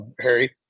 Harry